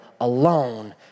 alone